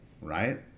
right